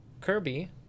Kirby